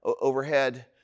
overhead